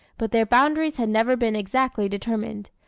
but their boundaries had never been exactly determined.